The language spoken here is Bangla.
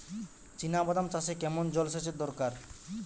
চিনাবাদাম চাষে কেমন জলসেচের দরকার?